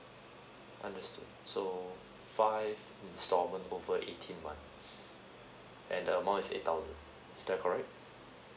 understood so five instalment over eighteen months and the amount is eight thousand is that correct